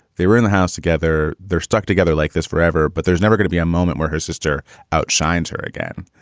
they were in the house together. they're stuck together like this forever. but there's never got to be a moment where her sister outshines her again.